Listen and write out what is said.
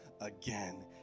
again